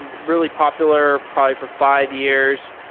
and really popular probably for five years.